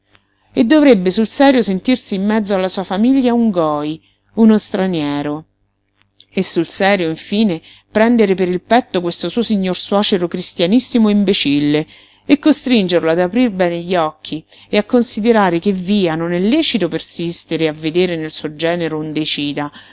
e dovrebbe sul serio sentirsi in mezzo alla sua famiglia un goj uno straniero e sul serio infine prendere per il petto questo suo signor suocero cristianissimo e imbecille e costringerlo ad aprir bene occhi e a considerare che via non è lecito persistere a vedere nel suo genero un deicida